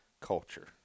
culture